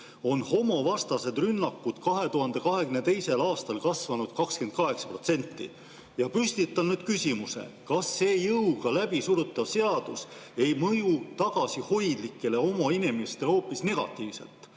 on homodevastased rünnakud 2022. aastal kasvanud 28%. Ja püstitan nüüd küsimuse: kas see jõuga läbisurutav seadus ei mõju meie tagasihoidlikele inimestele hoopis negatiivselt?